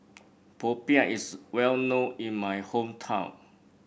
Popiah is well known in my hometown